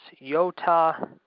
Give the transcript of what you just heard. Yota